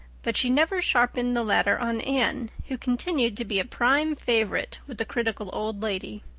but she never sharpened the latter on anne, who continued to be a prime favorite with the critical old lady.